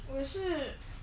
我也是